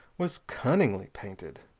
was cunningly painted.